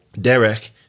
Derek